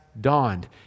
dawned